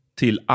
till